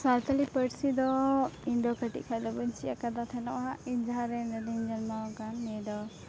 ᱥᱟᱱᱛᱟᱲᱤ ᱯᱟᱹᱨᱥᱤ ᱫᱚ ᱤᱧᱫᱚ ᱠᱟᱹᱴᱤᱡ ᱠᱷᱚᱡᱫᱚ ᱵᱟᱹᱧ ᱪᱮᱫ ᱟᱠᱟᱫ ᱛᱮᱦᱮᱱᱚᱜᱼᱟ ᱤᱧ ᱡᱟᱦᱟᱸ ᱨᱮ ᱱᱚᱰᱮᱧ ᱡᱚᱱᱢᱚ ᱟᱠᱟᱱ ᱱᱤᱭᱟᱹᱫᱚ